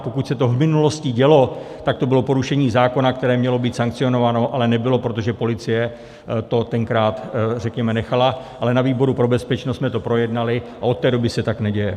Pokud se to v minulosti dělo, tak to bylo porušení zákona, které mělo být sankcionováno, ale nebylo, protože policie to tenkrát, řekněme, nechala, ale na výboru pro bezpečnost jsme to projednali a od té doby se tak neděje.